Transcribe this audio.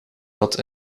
had